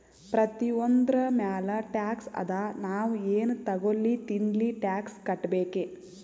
ಪ್ರತಿಯೊಂದ್ರ ಮ್ಯಾಲ ಟ್ಯಾಕ್ಸ್ ಅದಾ, ನಾವ್ ಎನ್ ತಗೊಲ್ಲಿ ತಿನ್ಲಿ ಟ್ಯಾಕ್ಸ್ ಕಟ್ಬೇಕೆ